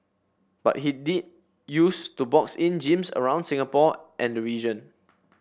but he did use to box in gyms around Singapore and the region